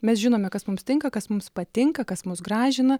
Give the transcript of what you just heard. mes žinome kas mums tinka kas mums patinka kas mus gražina